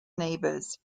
neighbors